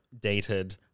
dated